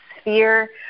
sphere